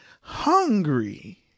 hungry